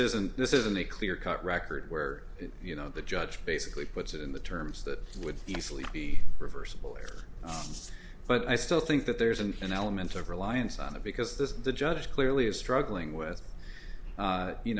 isn't this isn't a clear cut record where you know the judge basically puts it in the terms that would easily be reversible error but i still think that there's an element of reliance on it because this the judge clearly is struggling with